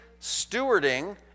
stewarding